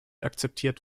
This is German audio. akzeptiert